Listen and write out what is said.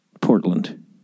Portland